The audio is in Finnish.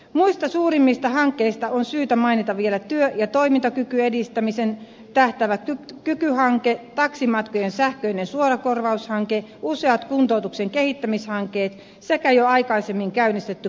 muista suurimmista hankkeista on syytä mainita vielä työ ja toimintakyvyn edistämiseen tähtäävä kyky hanke taksimatkojen sähköinen suorakorvaushanke useat kuntoutuksen kehittämishankkeet sekä jo aikaisemmin käynnistetty kanta hanke